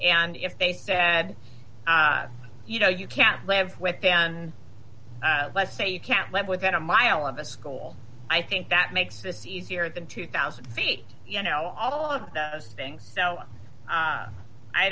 and if they said you know you can't live with than let's say you can't live within a mile of a school i think that makes this easier than two thousand feet you know all of those things so